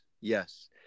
yes